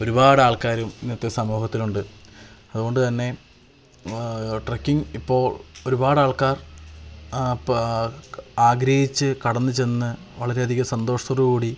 ഒരുപാട് ആള്ക്കാരും ഇന്നത്തെ സമൂഹത്തിലുണ്ട് അതുകൊണ്ടുതന്നെ ട്രക്കിംഗ് ഇപ്പോൾ ഒരുപാട് ആള്ക്കാര് ആഗ്രഹിച്ച് കടന്ന് ചെന്ന് വളരെയധികം സന്തോഷത്തോടു കൂടി